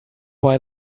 why